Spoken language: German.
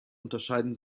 unterscheiden